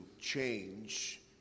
change